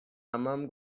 عمم